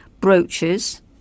brooches